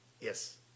Yes